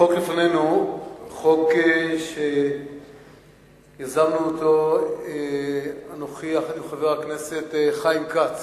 החוק שלפנינו הוא חוק שיזמנו אני וחבר הכנסת חיים כץ.